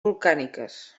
volcàniques